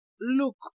look